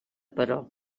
però